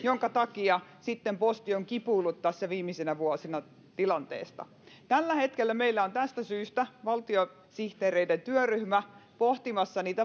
minkä takia sitten posti on kipuillut tässä viimeisinä vuosina tilanteesta tällä hetkellä meillä on tästä syystä valtiosihteereiden työryhmä pohtimassa